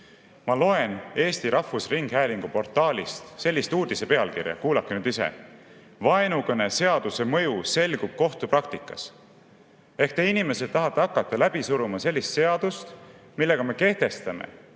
Ma loen Eesti Rahvusringhäälingu portaalist sellist uudise pealkirja, kuulake nüüd ise: "Vaenukõne seaduse mõju selgub kohtupraktikas". Ehk te, inimesed, tahate hakata läbi suruma sellist seadust, millega me kehtestame